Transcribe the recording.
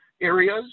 areas